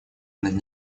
над